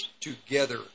together